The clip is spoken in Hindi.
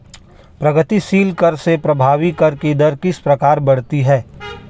प्रगतिशील कर से प्रभावी कर की दर किस प्रकार बढ़ती है?